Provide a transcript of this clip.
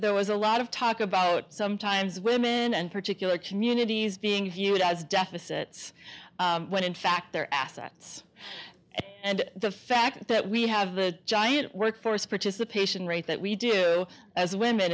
there was a lot of talk about sometimes women and particular communities being viewed as deficit when in fact their assets and the fact that we have the giant workforce participation rate that we do as women